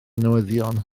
newyddion